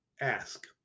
ask